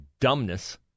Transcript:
dumbness